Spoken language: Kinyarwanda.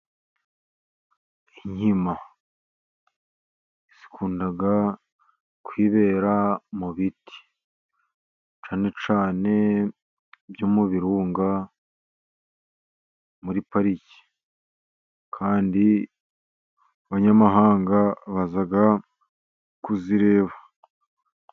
Inkima zikunda kwibera mu biti cyane cyane byo mu birunga muri pariki. Kandi abanyamahanga baza kuzireba.